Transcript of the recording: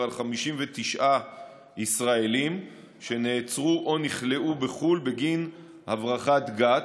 59 ישראלים שנעצרו או נכלאו בחו"ל בגין הברחת גת,